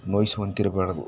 ನೋಯಿಸುವಂತಿರಬಾರದು